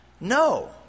No